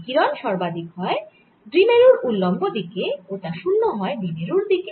বিকিরণ সর্বাধিক হয় দ্বিমেরুর উল্লম্ব দিকে ও তা শূন্য হয় হত দ্বিমেরুর দিকে